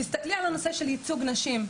תסתכלי על הנושא של ייצוג נשים,